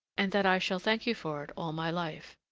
and that i shall thank you for it all my life.